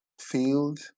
field